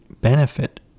benefit